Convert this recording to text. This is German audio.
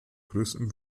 großen